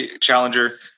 challenger